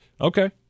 Okay